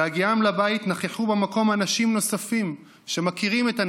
בהגיעם לבית נכחו במקום אנשים נוספים שמכירים את הנאשם,